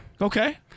Okay